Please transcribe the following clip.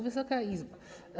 Wysoka Izbo!